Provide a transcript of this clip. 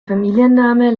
familienname